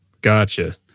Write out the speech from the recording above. Gotcha